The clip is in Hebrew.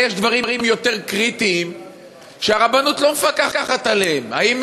הרי יש דברים יותר קריטיים שהרבנות לא מפקחת עליהם: האם